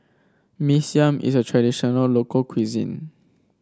Mee Siam is a traditional local cuisine